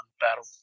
battle